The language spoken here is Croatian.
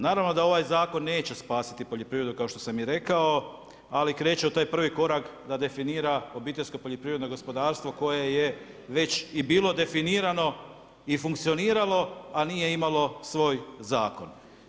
Naravno da ovaj zakon neće spasiti poljoprivredu kao što sam i rekao, ali kreće u taj prvi korak da definira obiteljsko poljoprivredno gospodarstvo koje je već i bilo definirano i funkcioniralo, a nije imalo svoj zakon.